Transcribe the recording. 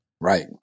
Right